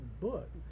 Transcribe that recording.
book